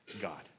God